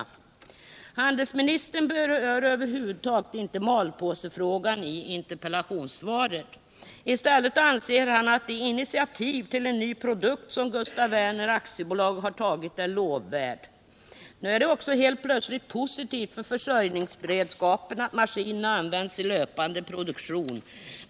Handelsministern berör över huvud taget inte malpåsefrågan i interpellationssvaret. I stället anser han att det initiativ till en ny produkt som Gustaf Werner AB har tagit är lovvärt. Nu är det också helt plötsligt positivt för försörjningsberedskapen att maskinerna används i löpande produktion.